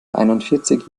einundvierzig